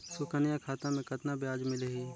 सुकन्या खाता मे कतना ब्याज मिलही?